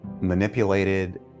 manipulated